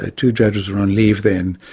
ah two judges were on leave then.